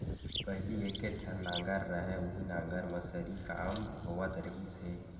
पहिली एके ठन नांगर रहय उहीं नांगर म सरी काम होवत रिहिस हे